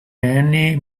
annie